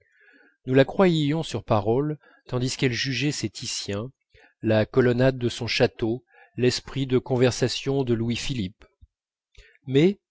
nous la croyions sur parole tandis qu'elle jugeait ses titiens la colonnade de son château l'esprit de conversation de louis-philippe mais